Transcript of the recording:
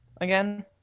again